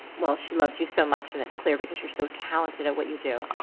well, she loves you so much and it's clear because you're so talented at what you do.